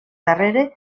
darrere